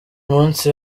munsi